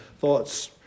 thoughts